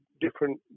different